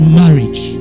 marriage